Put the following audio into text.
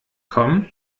komm